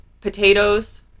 potatoes